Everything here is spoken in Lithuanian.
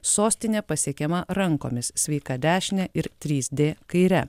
sostinė pasiekiama rankomis sveika dešine ir trys d kaire